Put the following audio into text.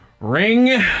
Ring